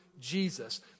Jesus